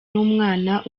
n’umwana